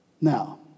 Now